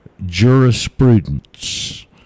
Jurisprudence